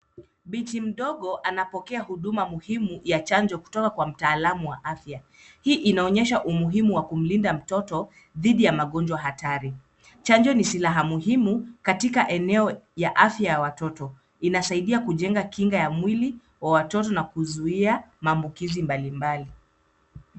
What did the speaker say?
Binti mdogo anapokea huduma muhimu ya chanjo kutoka kwa mtaalamu wa afya hii inaonyesha umuhimu wa kumlinda mtoto dhidi ya magonjwa hatari ,chanjo ni silaha muhimu katika eneo ya afya ya watoto inasaidia kujenga kinga ya mwili wa watoto na kuzuia maambukizi mbalimbali.